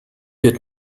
wird